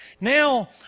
Now